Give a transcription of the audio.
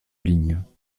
lignes